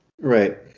Right